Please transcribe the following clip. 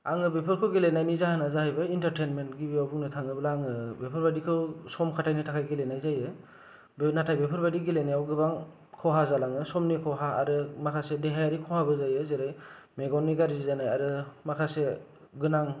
आङो बेफोरखौ गेलेनायनि जाहोना जायैबाय इन्टार्टेइनमेन्त गिबियाव बुंनो थाङोब्ला आङो बेफोरबादि खौ सम खाथायनो थाखाय गेलेनाय जायो बे नाथाय बेफोरबादि गेलेनायाव गोबां खहा जालाङो समनि खहा आरो माखासे देहायारि खहाबो जायो जेरै मेगननि गारजि जानाय आरो माखासे गोनां